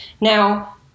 Now